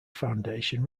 foundation